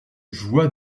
joua